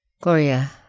Gloria